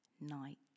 night